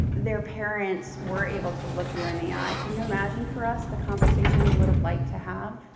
their parents were able to look you in the eye, can you imagine, for us, the conversation you would've liked to have?